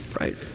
right